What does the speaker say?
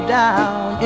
down